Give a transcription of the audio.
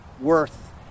worth